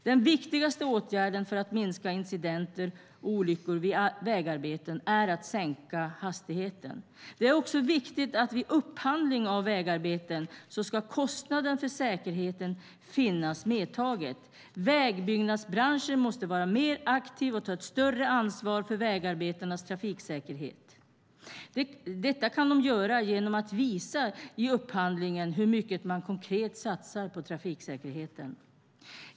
Den viktigaste åtgärden för att minska incidenter och olyckor vid vägarbeten är att sänka hastigheten. Det är också viktigt att vid upphandling av vägarbeten ska kostnaden för säkerheten finnas med. Vägbyggnadsbranchen måste vara mer aktiv och ta ett större ansvar för vägarbetarnas trafiksäkerhet. Detta kan de göra genom att visa i upphandlingen hur mycket man konkret satsar på trafiksäkerheten.